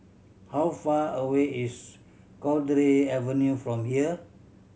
how far away is Cowdray Avenue from here